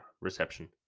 reception